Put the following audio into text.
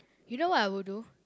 you know what I will do